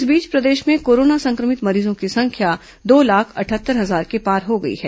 इस बीच प्रदेश में कोरोना संक्रमित मरीजों की संख्या दो लाख अटहत्तर हजार के पार हो गई है